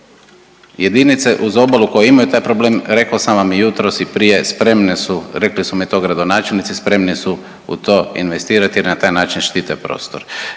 Jedinice uz obalu koje imaju taj problem, rekao sam vam i jutros i prije, spremne su, rekli su mi to gradonačelnici, spremne su u to investirati jer na taj način štite prostor.